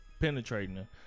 Penetrating